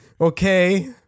Okay